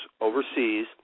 overseas